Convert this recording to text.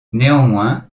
néanmoins